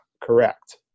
correct